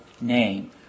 name